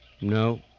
No